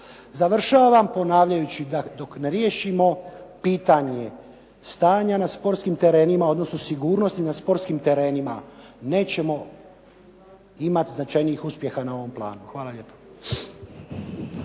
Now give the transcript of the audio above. Završavam ponavljajući da dok ne riješimo pitanje stanja na sportskim terenima, odnosno sigurnosti na sportskim terenima nećemo imati značajnijih uspjeha na ovom planu. Hvala lijepo.